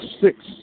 six